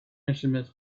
instruments